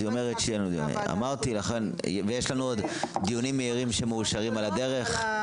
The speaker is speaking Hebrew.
אמרתי לך שיש לנו עוד דיונים מהירים שמאושרים על הדרך.